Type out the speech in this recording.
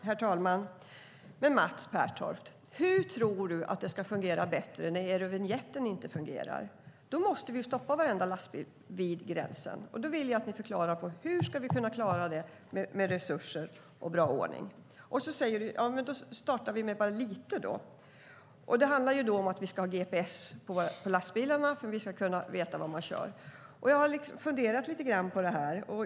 Herr talman! Hur tror du, Mats Pertoft, att det ska fungera bättre när eurovinjetten inte fungerar? Då måste vi ju stoppa varenda lastbil vid gränsen. Och då vill jag att ni förklarar hur vi ska kunna klara det med resurser och bra ordning. Du säger: Ja, men då startar vi bara med lite. Det handlar då om att vi ska ha gps på lastbilarna för att vi ska kunna veta var de kör. Jag har funderat lite grann på det.